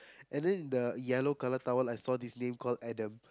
and then the yellow color towel I saw this name called Adam